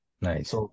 Nice